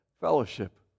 fellowship